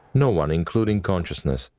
no one, including consciousness.